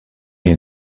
you